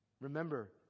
Remember